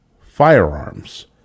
firearms